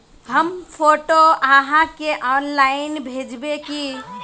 हम फोटो आहाँ के ऑनलाइन भेजबे की?